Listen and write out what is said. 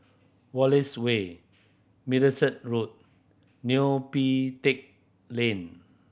Wallace Way Middleset Road Neo Pee Teck Lane